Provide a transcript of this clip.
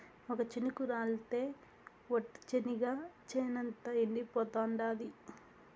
ఒక్క చినుకు రాలితె ఒట్టు, చెనిగ చేనంతా ఎండిపోతాండాది